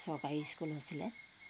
চৰকাৰী স্কুল আছিলে